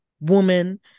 woman